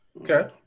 Okay